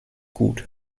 gut